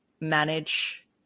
manage